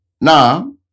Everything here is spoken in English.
Now